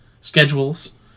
schedules